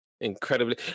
incredibly